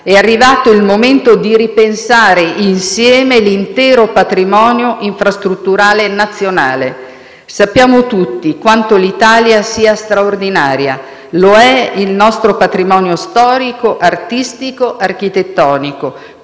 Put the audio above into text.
è arrivato il momento di ripensare insieme l'intero patrimonio infrastrutturale nazionale. Sappiamo tutti quanto l'Italia sia straordinaria; lo è il nostro patrimonio storico, artistico, architettonico,